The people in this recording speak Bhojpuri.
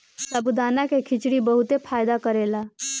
साबूदाना के खिचड़ी बहुते फायदा करेला